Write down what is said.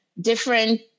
different